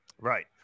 right